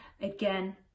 again